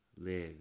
live